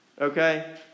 okay